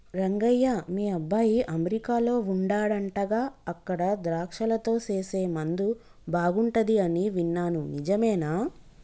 రంగయ్య మీ అబ్బాయి అమెరికాలో వుండాడంటగా అక్కడ ద్రాక్షలతో సేసే ముందు బాగుంటది అని విన్నాను నిజమేనా